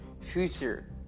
future